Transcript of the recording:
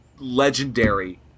Legendary